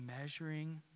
measuring